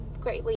greatly